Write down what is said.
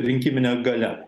rinkiminė galia